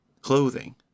clothing